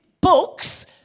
books